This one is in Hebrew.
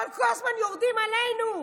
אבל כל הזמן יורדים עלינו: